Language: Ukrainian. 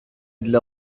для